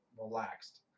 relaxed